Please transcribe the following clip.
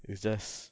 it's just